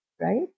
Right